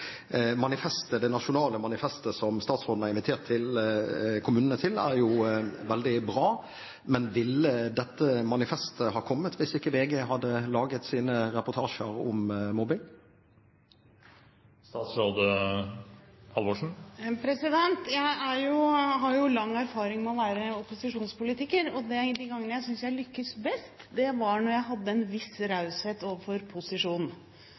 manifestet som statsråden har invitert kommunene til, er jo veldig bra. Men ville dette manifestet ha kommet hvis ikke VG hadde laget sine reportasjer om mobbing? Jeg har jo lang erfaring i å være opposisjonspolitiker, og de gangene jeg syntes at jeg lyktes best, var når jeg hadde en viss raushet overfor posisjonen.